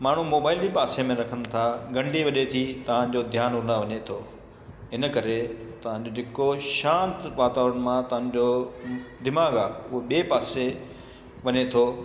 माण्हू मोबाइल बि पासे में रखनि था घंटी वॼे थी तव्हांजो ध्यानु होॾांहुं वञे थो इनकरे तव्हांजो जेको शांति वातावरण मां तव्हांजो दिमाग़ु आहे उहो ॿिए पासे वञे थो